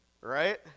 Right